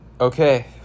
okay